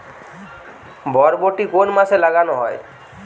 বরবটি কোন মাসে লাগানো হয়?